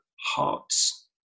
hearts